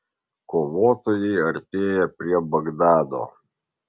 kovotojai artėja prie bagdado